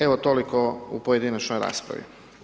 Evo, toliko u pojedinačnoj raspravi.